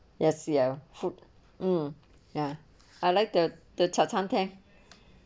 ya ya food ya ya I like the the cha chan teng